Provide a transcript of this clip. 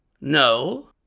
No